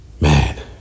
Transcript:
Man